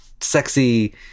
sexy